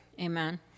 Amen